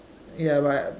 ya but